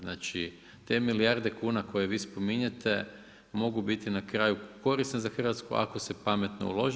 Znači te milijarde kuna koje vi spominjete mogu biti na kraju korisne za Hrvatsku ako se pametno ulože.